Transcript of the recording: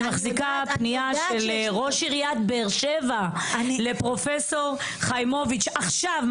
אני מחזיקה פנייה של ראש עיריית באר שבע לפרופ' חיימוביץ' עכשיו,